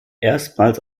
erstmals